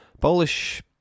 Polish